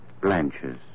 blanches